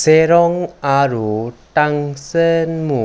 চেৰং আৰু টাংচেনমু